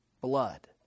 blood